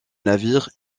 navire